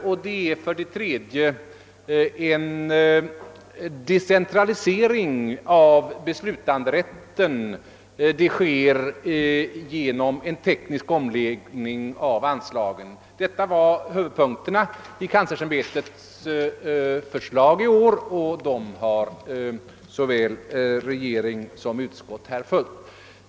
För det tredje sker det en decentralisering av beslutanderätten genom en teknisk omläggning av anslagen. Detta var huvudpunkterna i kanslersämbetets förslag i år, och dem har såväl regeringen som utskottet följt.